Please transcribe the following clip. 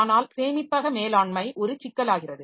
ஆனால் சேமிப்பக மேலாண்மை ஒரு சிக்கலாகிறது